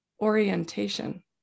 orientation